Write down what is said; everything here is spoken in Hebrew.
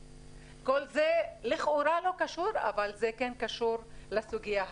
כל זה לכאורה לא קשור אבל זה כן קשור לסוגיה הזאת.